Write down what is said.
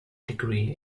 degree